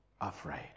afraid